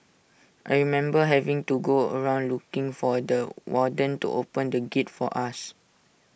I remember having to go around looking for the warden to open the gate for us